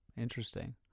Interesting